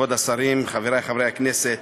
כבוד השרים, חברי חברי הכנסת,